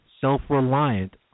self-reliant